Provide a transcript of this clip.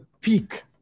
peak